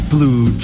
Blue